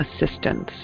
assistance